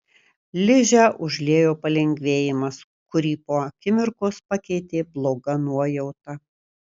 ližę užliejo palengvėjimas kurį po akimirkos pakeitė bloga nuojauta